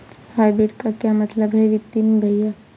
Hybrid का क्या मतलब है वित्तीय में भैया?